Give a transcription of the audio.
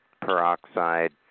peroxide